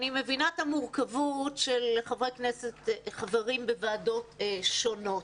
אני מבינה את המורכבות של חברי כנסת שחברים בוועדות שונות,